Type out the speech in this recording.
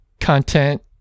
content